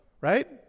right